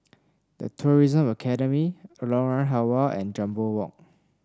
The Tourism Academy Lorong Halwa and Jambol Walk